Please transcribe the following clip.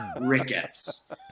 Rickets